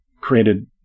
created